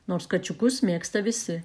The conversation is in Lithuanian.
nors kačiukus mėgsta visi